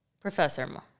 Professor